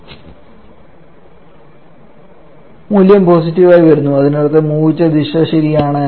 216404 − 4657 1744 𝑘𝐽𝑘𝑚𝑜𝑙 𝑜𝑓 𝑎𝑖𝑟 മൂല്യം പോസിറ്റീവ് ആയി വരുന്നു അതിനർത്ഥം ഊഹിച്ച ദിശ ശരിയാണെന്നാണ്